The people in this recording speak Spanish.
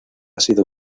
sido